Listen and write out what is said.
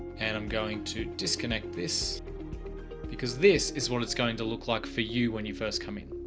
and i'm going to disconnect this because this is what it's going to look like for you. when you first come in,